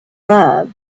love